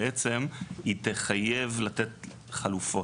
שבעצם היא תחייב לתת חלופות,